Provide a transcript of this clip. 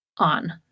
on